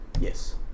Yes